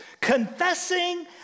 Confessing